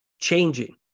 changing